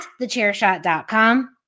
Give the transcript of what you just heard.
thechairshot.com